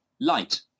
light